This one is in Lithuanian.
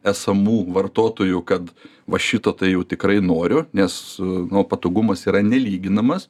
esamų vartotojų kad va šito tai jau tikrai noriu nes nu patogumas yra nelyginamas